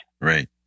Right